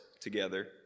together